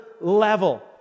level